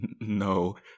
No